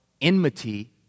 enmity